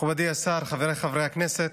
מכובדי השר, חבריי חברי הכנסת,